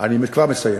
אני כבר מסיים.